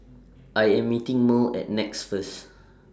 I Am meeting Merl At Nex First